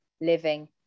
living